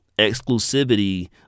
exclusivity